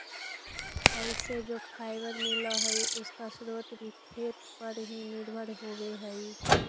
फल से जो फाइबर मिला हई, उसका स्रोत भी खेत पर ही निर्भर होवे हई